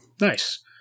Nice